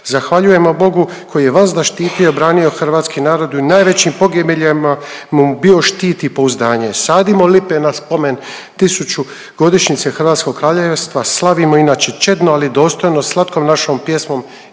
Zahvaljujemo Bogu koji je vazda štitio i branio hrvatski narod i u najvećim pogibeljima mu bio štit i pouzdanje. Sadimo lipe na spomen tisućgodišnjice Hrvatskog Kraljevstva, slavimo inače čedno, ali dostojno, slatko našom pjesnom